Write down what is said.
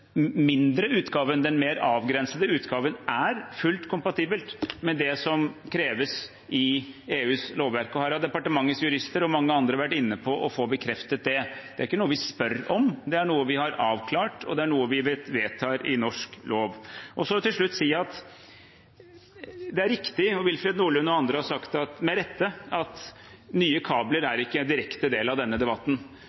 mindre utgaven, den mer avgrensede utgaven, er fullt kompatibel med det som kreves i EUs lovverk. Her har departementets jurister og mange andre vært inne og fått bekreftet det. Det er ikke noe vi spør om – det er noe vi har avklart, og det er noe vi vedtar i norsk lov. Til slutt vil jeg si at det er riktig, og Willfred Nordlund og andre har med rette sagt, at nye kabler